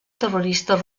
terroristes